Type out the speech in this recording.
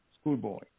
schoolboy